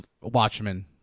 Watchmen